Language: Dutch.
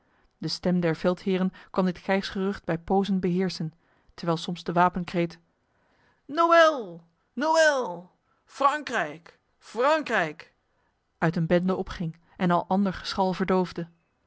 de stem der veldheren kwam dit krijgsgerucht bij pozen beheersen terwijl soms de wapenkreet noël noël frankrijk frankrijk uit een bende opging en al ander geschal